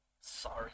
Sorry